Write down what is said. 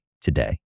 today